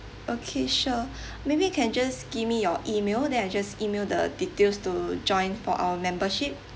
okay sure maybe you can just give me your email then I just email the details to join for our membership